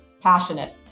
passionate